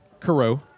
Carew